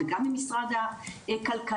גם עם משרד הכלכלה,